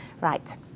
Right